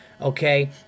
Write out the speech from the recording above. okay